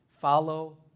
Follow